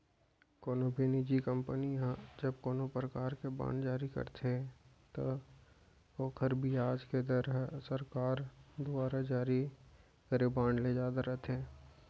कोनो भी निजी कंपनी ह जब कोनों परकार के बांड जारी करथे त ओकर बियाज के दर ह सरकार दुवारा जारी करे बांड ले जादा रथे